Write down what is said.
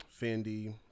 Fendi